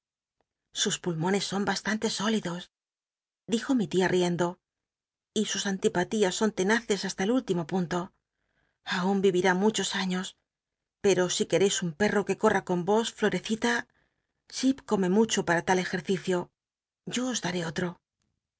sus pulmones son bastante sólidos dijo mi tia riendo y sus antipatías son tenaces hasta el ultimo punto aun vivirá muchos años pero si os florecita jip quereis un perro que corra con vos florecita chi come mucho para tal ejercicio yo os daré otro